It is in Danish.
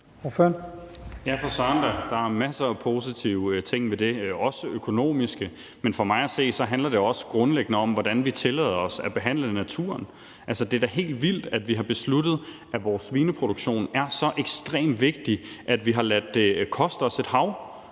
Der er masser af positive ting ved det, også økonomiske. Men for mig at se handler det også grundlæggende om, hvordan vi tillader os at behandle naturen. Altså, det er da helt vildt, at vi har besluttet, at vores svineproduktion er så ekstremt vigtig, at vi har ladet det koste os et hav.